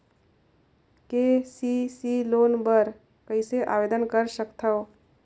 KCC loan बर कइसे आवेदन कर सकथव?